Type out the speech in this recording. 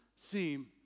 theme